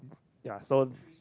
ya so it's